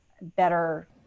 better